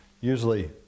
usually